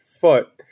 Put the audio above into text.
foot